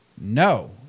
no